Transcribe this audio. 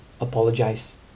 apologize